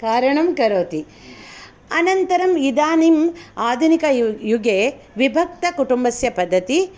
कारणं करोति अनन्तरम् इदानीम् आधुनिकयुगे विभक्तकुटुम्बस्य पद्धतिः